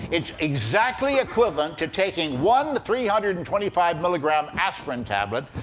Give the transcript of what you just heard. it's exactly equivalent to taking one three hundred and twenty five milligram aspirin tablet,